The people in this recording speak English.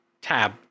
tab